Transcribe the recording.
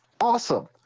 awesome